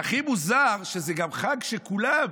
והכי מוזר שזה גם חג שכולם,